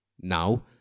Now